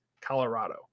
Colorado